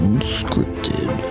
Unscripted